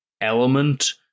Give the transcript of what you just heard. element